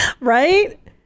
Right